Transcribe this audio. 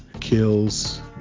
kills